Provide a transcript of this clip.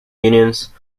unions